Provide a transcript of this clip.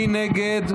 מי נגד?